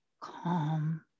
calm